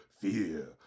fear